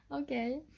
Okay